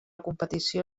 competició